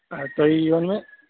تُہۍ یی نہٕ